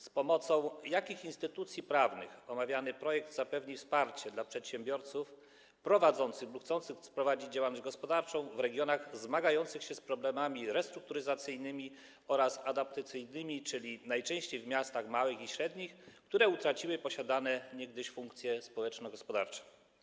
Z pomocą jakich instytucji prawnych omawiany projekt zapewni wsparcie przedsiębiorcom prowadzącym lub chcącym prowadzić działalność gospodarczą w regionach zmagających się z problemami restrukturyzacyjnymi oraz adaptacyjnymi, czyli najczęściej w małych i średnich miastach, które utraciły posiadane niegdyś funkcje społeczno-gospodarcze?